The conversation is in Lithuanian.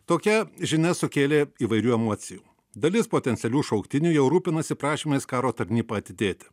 tokia žinia sukėlė įvairių emocijų dalis potencialių šauktinių jau rūpinasi prašymais karo tarnybą atidėti